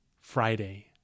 Friday